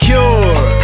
Cure